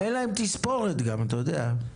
אין להם תספורת גם, אתה יודע?